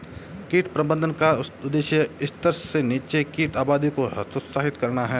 कीट प्रबंधन का उद्देश्य स्तर से नीचे कीट आबादी को हतोत्साहित करना है